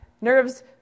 nerves